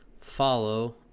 follow